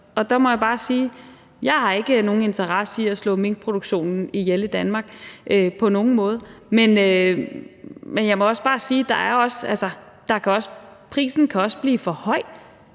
Der må jeg bare sige, at jeg ikke har nogen interesse i at slå minkproduktionen ihjel i Danmark på nogen måde, men jeg må bare sige, at prisen også kan blive for høj